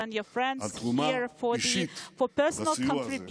ולחבריך כאן על תרומה אישית לסיוע הזה,